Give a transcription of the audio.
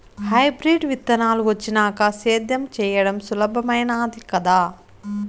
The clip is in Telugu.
హైబ్రిడ్ విత్తనాలు వచ్చినాక సేద్యం చెయ్యడం సులభామైనాది కదా